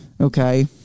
Okay